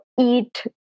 eat